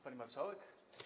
Pani Marszałek!